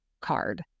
card